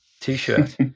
T-shirt